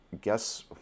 guess